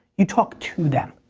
you talk to them,